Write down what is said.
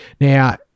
now